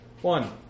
One